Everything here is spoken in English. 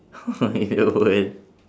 your world